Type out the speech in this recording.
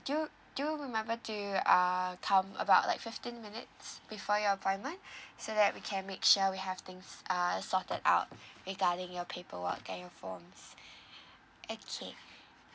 do do remember to err come about like fifteen minutes before your appointment so that we can make sure we have things err sorted out regarding your paperwork and your forms okay